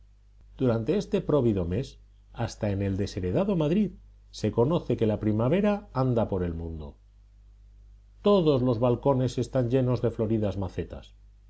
durante este próvido mes hasta en el desheredado madrid se conoce que la primavera anda por el mundo todos los balcones están llenos de floridas macetas